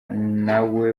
nawe